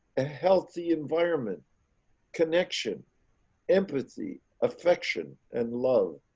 ah healthy environment connection empathy affection and love.